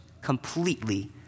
completely